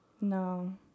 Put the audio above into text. No